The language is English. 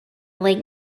lake